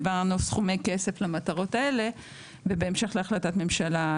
העברנו סכומי כסף למטרות האלה ובהמשך להחלטת ממשלה,